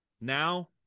now